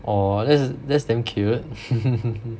oh that's that's damn cute